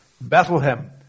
Bethlehem